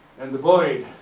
and the bird.